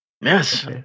Yes